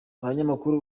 abanyamakuru